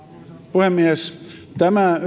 puhemies tämä